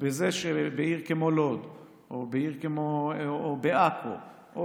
בזה שבעיר כמו לוד או בעיר כמו עכו או